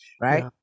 Right